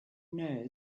know